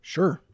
Sure